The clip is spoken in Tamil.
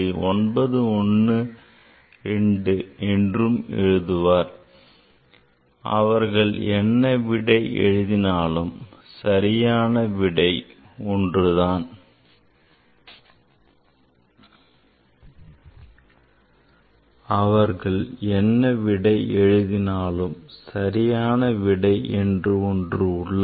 912 என்றும் எழுதுவர் அவர்கள் என்ன விடை எழுதினாலும் சரியான விடை ஒன்று உள்ளது